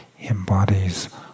embodies